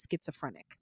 schizophrenic